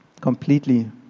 completely